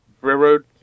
railroad